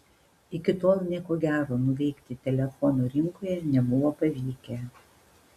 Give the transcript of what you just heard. iki tol nieko gero nuveikti telefonų rinkoje nebuvo pavykę